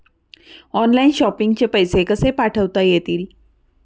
Online shopping चे पैसे कसे पाठवता येतील?